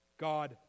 God